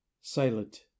silent